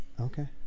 Okay